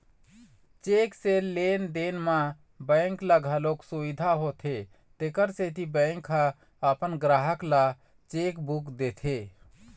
cheque से लेन देन म बेंक ल घलोक सुबिधा होथे तेखर सेती बेंक ह अपन गराहक ल चेकबूक देथे